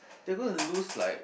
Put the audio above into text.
they gonna lose like